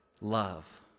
love